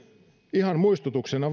ihan muistutuksena